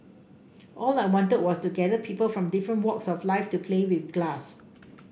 all I wanted was to gather people from different walks of life to play with glass